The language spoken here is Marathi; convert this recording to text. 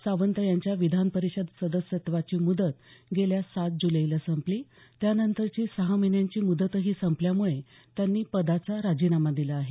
सावंत यांच्या विधानपरिषद सदस्यत्वाची मुदत गेल्या सात जुलैला संपली त्यांनतरची सहा महिन्यांची मुदतही संपल्यामुळे त्यांनी पदाचा राजीनामा दिला आहे